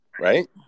right